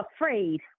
afraid